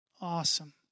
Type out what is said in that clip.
Awesome